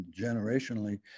generationally